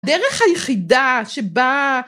דרך היחידה שבה...